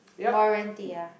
warranty yea